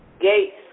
gates